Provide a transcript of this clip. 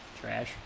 Trash